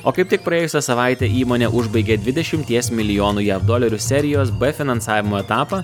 o kaip tik praėjusią savaitę įmonė užbaigė dvidešimties milijonų jav dolerių serijos b finansavimo etapą